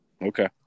Okay